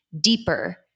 deeper